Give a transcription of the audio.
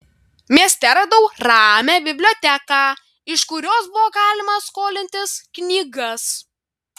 mieste radau ramią biblioteką iš kurios buvo galima skolintis knygas